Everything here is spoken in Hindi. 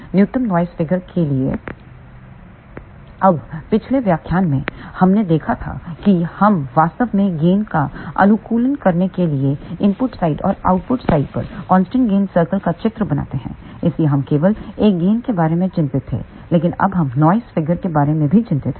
न्यूउत्तम नॉइस फिगर के लिए अब पिछले व्याख्यान में हमने देखा था कि हम वास्तव में गेन का अनुकूलन करने के लिए इनपुट साइड और आउटपुट साइड पर कांस्टेंट गेन सर्कल का चित्र बनाते हैं इसलिए हम केवल एक गेन के बारे में चिंतित थे लेकिन अब हम नॉइस फिगर NOISE FIGURE के बारे में भी चिंतित हैं